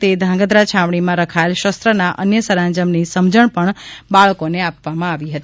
તે ધ્રાંગધ્રા છાવણીમાં રખાયેલા શસ્ત્ર તથા અન્ય સરંજામની સમજણ પણ બાળકોને આપવામાં આવી હતી